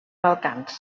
balcans